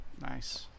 Nice